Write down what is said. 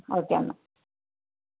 ആ ഓകെ എന്നാൽ